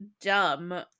dumb